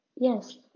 Yes